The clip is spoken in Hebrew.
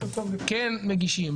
כן מגישים,